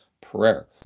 prayer